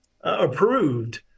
approved